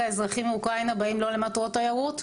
אזרחים מאוקראינה באים לא למטרות תיירות.